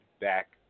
back